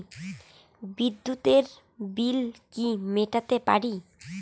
বিদ্যুতের বিল কি মেটাতে পারি?